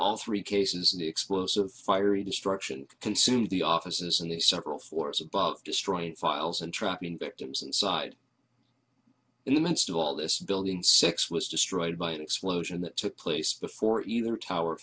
all three cases the explosive fiery destruction consumed the offices and the several floors above destroying files and trapping victims inside in the midst of all this building six was destroyed by an explosion that took place before either tower